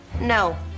No